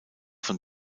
von